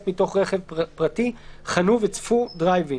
מתוך רכב פרטי ("חנו וצפו" - דרייב אין)."